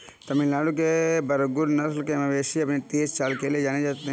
तमिलनाडु के बरगुर नस्ल के मवेशी अपनी तेज चाल के लिए जाने जाते हैं